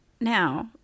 Now